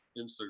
Instagram